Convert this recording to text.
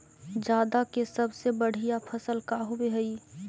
जादा के सबसे बढ़िया फसल का होवे हई?